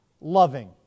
loving